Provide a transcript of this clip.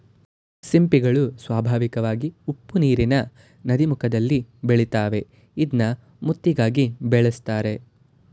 ಸಿಂಪಿಗಳು ಸ್ವಾಭಾವಿಕವಾಗಿ ಉಪ್ಪುನೀರಿನ ನದೀಮುಖದಲ್ಲಿ ಬೆಳಿತಾವೆ ಇದ್ನ ಮುತ್ತಿಗಾಗಿ ಬೆಳೆಸ್ತರೆ